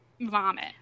vomit